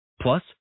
Plus